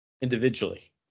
Individually